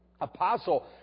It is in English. apostle